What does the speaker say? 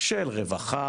של רווחה,